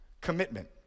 commitment